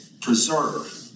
preserve